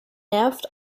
nervt